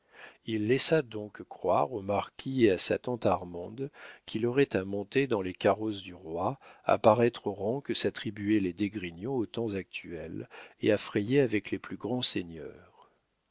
il laissa donc croire au marquis et à sa tante armande qu'il aurait à monter dans les carrosses du roi à paraître au rang que s'attribuaient les d'esgrignon au temps actuel et à frayer avec les plus grands seigneurs